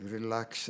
Relax